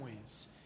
ways